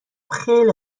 خیلی